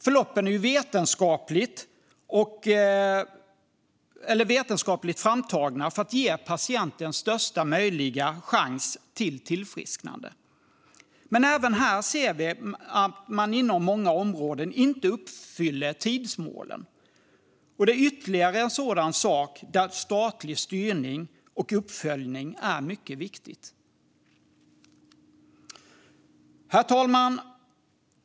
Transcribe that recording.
Förloppen är vetenskapligt framtagna för att ge patienten största möjliga chans till tillfrisknande. Men även här ser vi att man inom många områden inte uppfyller tidsmålen, och det är ytterligare en sådan sak där statlig styrning och uppföljning är mycket viktigt. Herr talman!